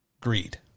greed